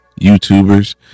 youtubers